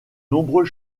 nombreux